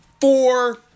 four